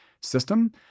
system